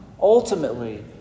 ultimately